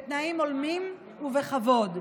בתנאים הולמים ובכבוד.